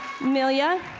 Amelia